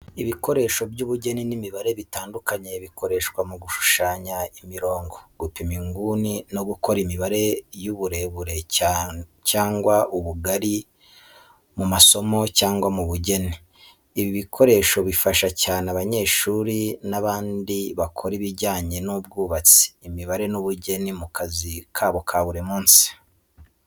Ibikoresho by’ubugeni n’imibare bitandukanye bikoreshwa mu gushushanya imirongo, gupima inguni no gukora imibare y’uburebure cyangwa ubugari mu masomo cyangwa mu bugeni. Ibi bikoresho bifasha cyane abanyeshuri n’abandi bakora ibijyanye n’ubwubatsi, imibare n’ubugeni mu kazi kabo ka buri munsi.